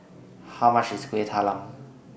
How much IS Kuih Talam